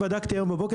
בדקתי היום בבוקר,